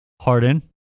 Harden